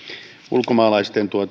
ulkomaalaisten